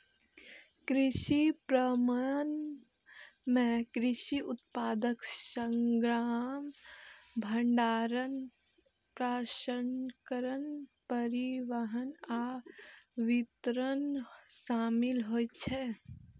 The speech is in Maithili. कृषि विपणन मे कृषि उत्पाद संग्रहण, भंडारण, प्रसंस्करण, परिवहन आ वितरण शामिल होइ छै